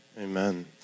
Amen